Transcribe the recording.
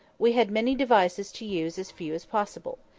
we had many devices to use as few as possible.